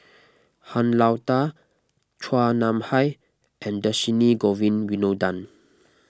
Han Lao Da Chua Nam Hai and Dhershini Govin Winodan